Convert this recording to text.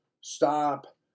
stop